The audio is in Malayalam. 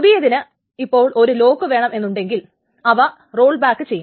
പുതിയതിന് ഇപ്പോൾ ഒരു ലോക്കു വേണമെന്നുണ്ടെങ്കിൽ അവ റോൾ ബാക്ക് ചെയ്യും